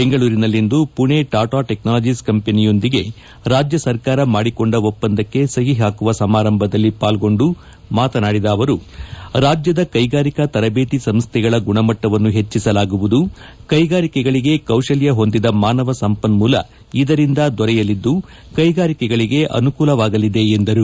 ಬೆಂಗಳೂರಿನಲ್ಲಿಂದು ಪುಣೆ ಮಾಡಿಕೊಂಡ ಒಪ್ಪಂದಕ್ಕೆ ಸಹಿ ಹಾಕುವ ಸಮಾರಂಭದಲ್ಲಿ ಪಾಲೊಂಡು ಮಾತನಾಡಿದ ಅವರು ರಾಜ್ಯದ ಕೈಗಾರಿಕಾ ತರಬೇತಿ ಸಂಸ್ಥೆಗಳ ಗುಣಮಟ್ವವನ್ನು ಹೆಚ್ಚಿಸಲಾಗುವುದು ಕೈಗಾರಿಕೆಗಳಿಗೆ ಕೌಶಲ್ಯ ಹೊಂದಿದ ಹಮಾನವ ಸಂಪನ್ಮೋಲ ಇದರಿಂದ ದೊರೆಯಲಿದ್ದು ಕೈಗಾರಿಕೆಗಳಿಗೆ ಅನುಕೂಲವಾಗಲಿದೆ ಎಂದರು